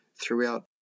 throughout